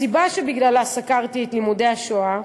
הסיבה שבגללה סקרתי את לימודי השואה,